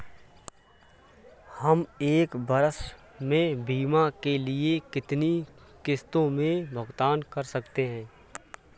हम एक वर्ष में बीमा के लिए कितनी किश्तों में भुगतान कर सकते हैं?